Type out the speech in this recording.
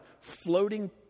floating